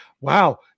Wow